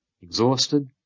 exhausted